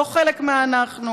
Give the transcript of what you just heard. לא חלק מה"אנחנו"